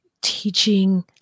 Teaching